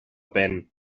ben